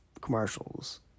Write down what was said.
commercials